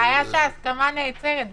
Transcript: הבעיה היא שההסכמה נעצרת בהצבעה.